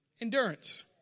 endurance